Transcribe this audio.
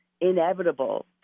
inevitable